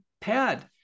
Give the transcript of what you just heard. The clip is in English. pad